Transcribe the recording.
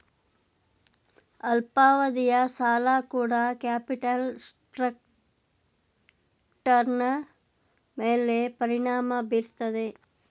ಅಲ್ಪಾವಧಿಯ ಸಾಲ ಕೂಡ ಕ್ಯಾಪಿಟಲ್ ಸ್ಟ್ರಕ್ಟರ್ನ ಮೇಲೆ ಪರಿಣಾಮ ಬೀರುತ್ತದೆ